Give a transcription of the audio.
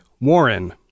Warren